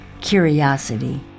curiosity